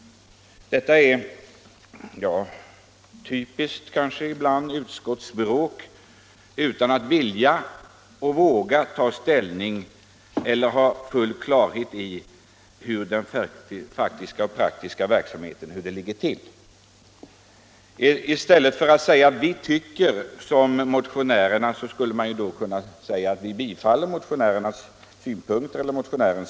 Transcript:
Det är kanske ett typiskt utskottsspråk. Man vill inte eller vågar inte ta ställning. Man har inte full klarhet i hur det ligger till med den faktiska och praktiska verksamheten. I stället borde man säga att man tycker som motionären och därmed tillstyrker motionen.